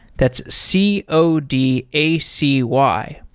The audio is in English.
that's c o d a c y.